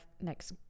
next